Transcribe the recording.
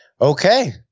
Okay